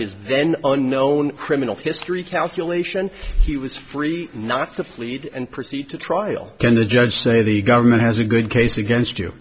his then unknown criminal history calculation he was free not to plead and proceed to trial then the judge say the government has a good case against you